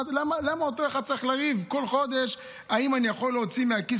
למה אותו אחד צריך לריב כל חודש: האם אני יכול להוציא מהכיס